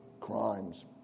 crimes